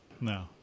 No